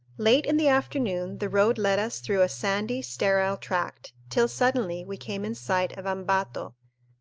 late in the afternoon the road led us through a sandy, sterile tract, till suddenly we came in sight of ambato,